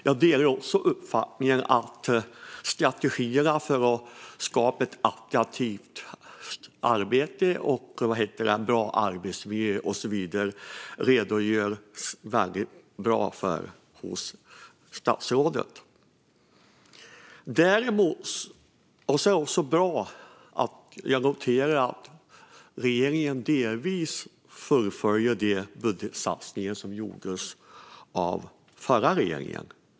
Jag delar också uppfattningen om strategierna för att skapa ett attraktivt arbete, en bra arbetsmiljö och så vidare. Statsrådet redogör väldigt bra för detta. Jag noterar också att regeringen delvis fullföljer de budgetsatsningar som gjordes av den förra regeringen. Det är bra.